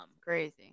crazy